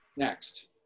Next